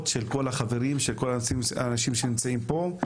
של כל החברים וכל האנשים שנמצאים פה.